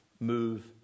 move